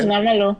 למה לא?